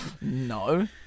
no